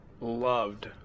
loved